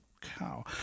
cow